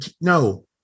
No